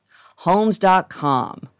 Homes.com